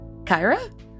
Kyra